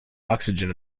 oxygen